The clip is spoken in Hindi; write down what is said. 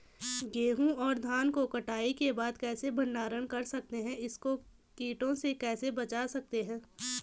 गेहूँ और धान को कटाई के बाद कैसे भंडारण कर सकते हैं इसको कीटों से कैसे बचा सकते हैं?